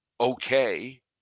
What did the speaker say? okay